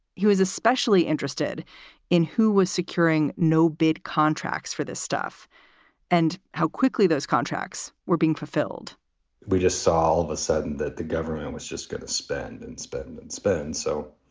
he was especially interested in who was securing no bid contracts for this stuff and how quickly those contracts were being fulfilled we just saw all of a sudden that the government was just going to spend and spend and spend. so,